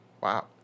Wow